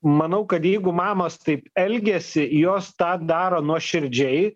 manau kad jeigu mamos taip elgiasi jos tą daro nuoširdžiai